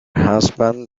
husband